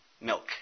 milk